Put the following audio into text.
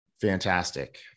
fantastic